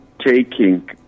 taking